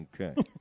Okay